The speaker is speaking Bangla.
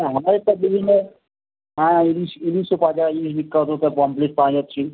হ্যাঁ আমাদেরটা বিভিন্ন হ্যাঁ ইলিশ ইলিশও পাওয়া যায় ইলিশ বিখ্যাত তাপর পমফ্রেট পাওয়া যাচ্ছে